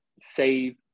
save